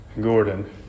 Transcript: Gordon